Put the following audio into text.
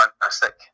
fantastic